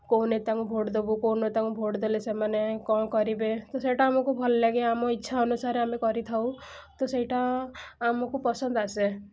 କେଉଁ ନେତାଙ୍କୁ ଭୋଟ୍ ଦେବୁ କେଉଁ ନେତାଙ୍କୁ ଭୋଟ୍ ଦେଲେ ସେମାନେ କ'ଣ କରିବେ ତ ସେଇଟା ଆମକୁ ଭଲ ଲାଗେ ଆମ ଇଚ୍ଛା ଅନୁସାରେ ଆମେ କରିଥାଉ ତ ସେଇଟା ଆମକୁ ପସନ୍ଦ ଆସେ